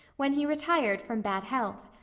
when he retired from bad health.